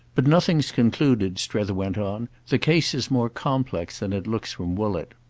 but nothing's concluded, strether went on. the case is more complex than it looks from woollett.